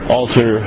alter